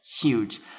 huge